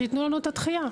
שיתנו לנו את הדחייה.